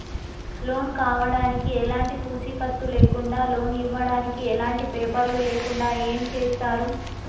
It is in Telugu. లోన్ కావడానికి ఎలాంటి పూచీకత్తు లేకుండా లోన్ ఇవ్వడానికి ఎలాంటి పేపర్లు లేకుండా ఏం చేస్తారు?